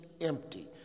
empty